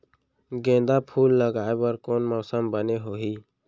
गेंदा फूल लगाए बर कोन मौसम बने होही?